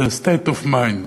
זה state of mind,